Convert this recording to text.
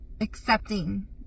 accepting